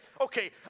okay